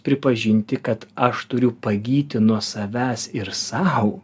pripažinti kad aš turiu pagyti nu savęs ir sau